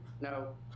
No